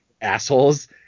assholes